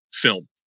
film